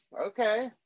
okay